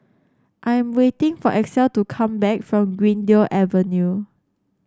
I am waiting for Axel to come back from Greendale Avenue